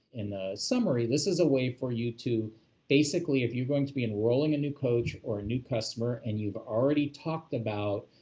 in summary, this is a way for you to basically, if you're going to be enrolling a new coach or a new customer and you've already talked about,